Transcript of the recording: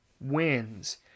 wins